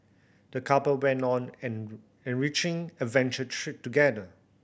the couple went on an enriching adventure together